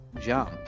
jump